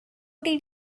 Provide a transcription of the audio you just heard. did